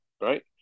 Right